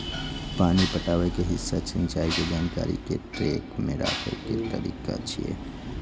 पानि पटाबै के हिसाब सिंचाइ के जानकारी कें ट्रैक मे राखै के तरीका छियै